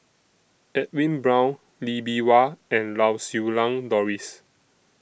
Edwin Brown Lee Bee Wah and Lau Siew Lang Doris